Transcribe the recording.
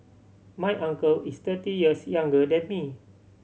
my uncle is thirty years younger than me